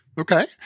Okay